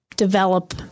develop